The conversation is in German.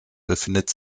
befindet